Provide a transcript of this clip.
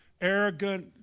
arrogant